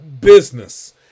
business